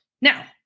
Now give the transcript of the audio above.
Now